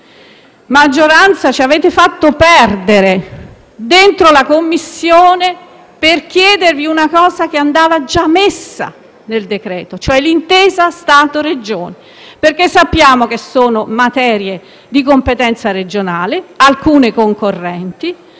maggioranza ci avete fatto perdere in Commissione per chiedere una cosa che andava già inserita nel decreto-legge, ossia l'intesa Stato-Regioni, poiché sappiamo che sono materie di competenza regionale, alcune concorrenti.